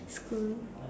screw